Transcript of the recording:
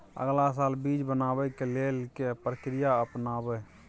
अगला साल बीज बनाबै के लेल के प्रक्रिया अपनाबय?